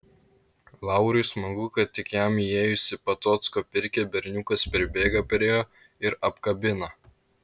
laurui smagu kad tik jam įėjus į patocko pirkią berniukas pribėga prie jo ir apkabina